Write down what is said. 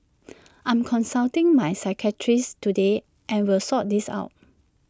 I'm consulting my psychiatrist today and will sort this out